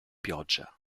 pioggia